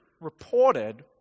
reported